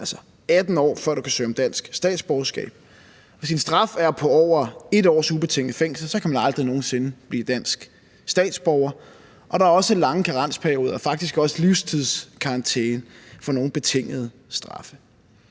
altså 18 år, før du kan søge om dansk statsborgerskab. Hvis din straf er på over 1 års ubetinget fængsel, kan du aldrig nogen sinde blive dansk statsborger, og der er også lange karensperioder, faktisk også livstidskarantæne, ved nogle betingede straffe.